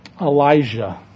Elijah